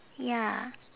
ya